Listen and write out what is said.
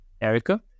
Erica